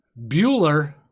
bueller